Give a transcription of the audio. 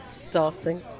starting